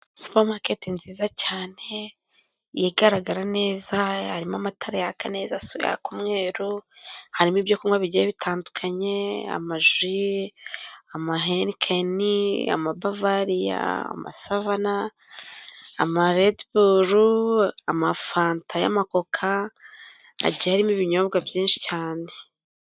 Supermarket nziza cyane igaragara neza, harimo amatara yaka neza yaka mwero. Harimo ibyo kunywa bigiye bitandukanye, amaji, amahenikeni, amabavari y'amasavana, amarediburu, amafanta, amakoka, n'ibinyobwa byinshi cyane.